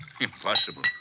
Impossible